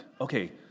okay